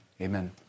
Amen